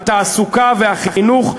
התעסוקה והחינוך,